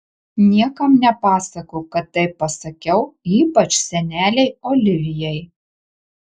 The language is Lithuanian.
niekam nepasakok kad taip pasakiau ypač senelei olivijai